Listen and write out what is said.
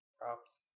Props